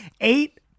eight